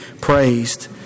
praised